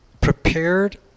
prepared